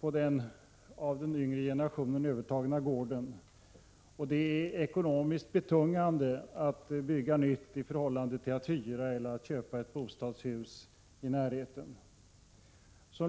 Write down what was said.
på den gård som den yngre generationen har tagit över. Det är ekonomiskt betungande att bygga nytt i förhållande till att hyra eller köpa ett bostadshus i närheten.